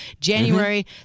January